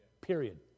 Period